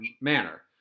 manner